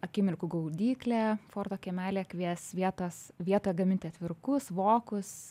akimirkų gaudyklė forto kiemelyje kvies vietas vietą gaminti atvirukus vokus